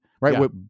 right